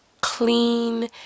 clean